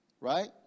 Right